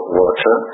water